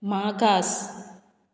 मागास